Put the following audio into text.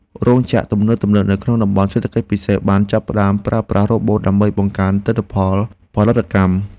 រោងចក្រទំនើបៗនៅក្នុងតំបន់សេដ្ឋកិច្ចពិសេសបានចាប់ផ្តើមប្រើប្រាស់រ៉ូបូតដើម្បីបង្កើនទិន្នផលផលិតកម្ម។